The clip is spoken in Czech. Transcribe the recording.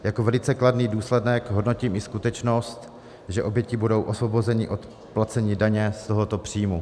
Jako velice kladný důsledek hodnotím i skutečnost, že oběti budou osvobozeny od placení daně z tohoto příjmu.